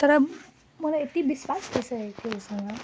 तर मलाई यति विश्वास भइसकेको ऊ सँग